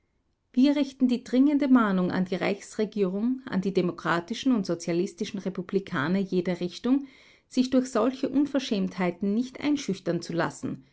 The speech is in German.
wir richten die dringende mahnung an die reichsregierung an die demokratischen und sozialistischen republikaner jeder richtung sich durch solche unverschämtheiten nicht einschüchtern zu lassen